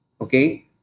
okay